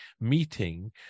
meeting